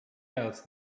else